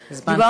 דיברנו,